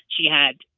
she had,